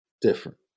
different